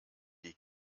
die